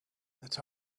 that